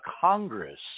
Congress